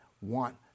want